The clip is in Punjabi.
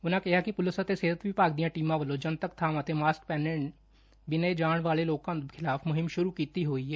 ਉਨੂਾ ਕਿਹਾ ਕਿ ਪੁਲਿਸ ਅਤੇ ਸਿਹਤ ਵਿਭਾਗ ਦੀਆ ਟੀਮਾ ਵਲੋਂ ਜਨਤਕ ਬਾਵਾਂ ਤੇ ਮਾਸਕ ਪਹਿਨੇ ਬਿਨਾ ਜਾਣ ਵਾਲੇ ਲੋਕਾ ਖਿਲਾਫ ਮੁਹਿੰਮ ਸੁਰੂ ਕੀਤੀ ਹੋਈ ਏ